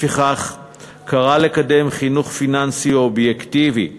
לפיכך הוא קרא לקדם חינוך פיננסי אובייקטיבי והוגן,